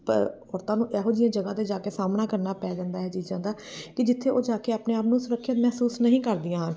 ਔਰਤਾਂ ਇਹੋ ਜਿਹੀਆਂ ਜਗ੍ਹਾ 'ਤੇ ਜਾ ਕੇ ਸਾਹਮਣਾ ਕਰਨਾ ਪੈ ਜਾਂਦਾ ਹੈ ਚੀਜ਼ਾਂ ਦਾ ਕਿ ਜਿੱਥੇ ਉਹ ਜਾ ਕੇ ਆਪਣੇ ਆਪ ਨੂੰ ਸੁਰੱਖਿਅਤ ਮਹਿਸੂਸ ਨਹੀਂ ਕਰਦੀਆਂ ਹਨ